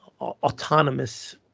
autonomous